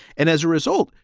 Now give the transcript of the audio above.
and as a result,